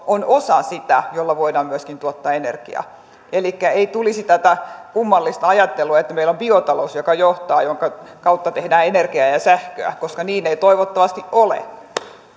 on osa jolla voidaan myöskin tuottaa energiaa elikkä ei tulisi tätä kummallista ajattelua että meillä on biotalous joka johtaa ja jonka kautta tehdään energiaa ja ja sähköä koska niin ei toivottavasti ole